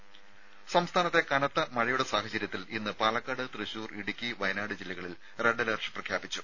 ദരദ സംസ്ഥാനത്തെ കനത്ത മഴയുടെ സാഹചര്യത്തിൽ ഇന്ന് പാലക്കാട് തൃശൂർ ഇടുക്കി വയനാട് ജില്ലകളിൽ റെഡ് അലർട്ട് പ്രഖ്യാപിച്ചു